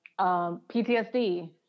PTSD